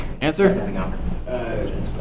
Answer